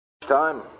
Time